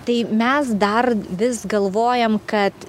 tai mes dar vis galvojam kad